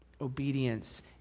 Obedience